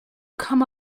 come